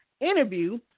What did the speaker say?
interview